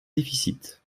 déficit